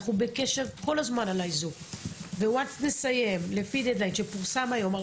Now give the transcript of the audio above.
אנחנו כל הזמן בקשר על האיזוק.